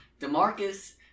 Demarcus